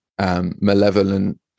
malevolent